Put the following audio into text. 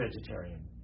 vegetarian